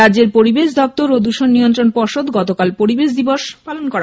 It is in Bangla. রাজ্যের পরিবেশ দপ্তর ও নিয়ন্ত্রন পর্ষদে গতকাল পরিবেশ দিবস পালন করা হয়